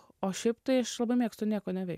o šiaip tai labai mėgstu nieko neveikt